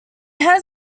had